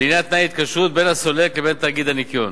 לעניין תנאי ההתקשרות בין הסולק לבין תאגיד הניכיון.